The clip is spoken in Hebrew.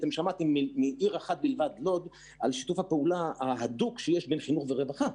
מהעיר לוד על שיתוף הפעולה ההדוק שיש בין חינוך לרווחה.